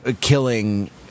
killing